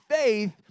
faith